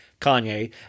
Kanye